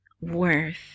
worth